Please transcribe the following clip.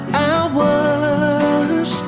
hours